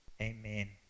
Amen